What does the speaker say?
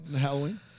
Halloween